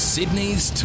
Sydney's